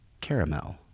Caramel